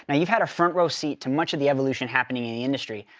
and you've had a front row seat to much of the evolution happening in the industry.